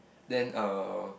then uh